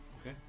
Okay